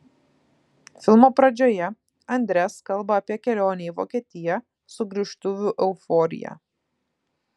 filmo pradžioje andres kalba apie kelionę į vokietiją sugrįžtuvių euforiją